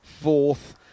fourth